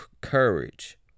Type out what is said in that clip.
courage